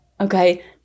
okay